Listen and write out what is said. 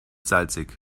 salzig